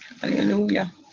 Hallelujah